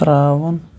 ترٛاوُن